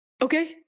Okay